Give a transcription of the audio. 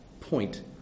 point